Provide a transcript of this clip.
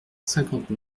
cinquante